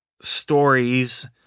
stories